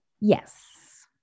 yes